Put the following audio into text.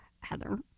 Heather